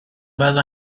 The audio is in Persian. وضع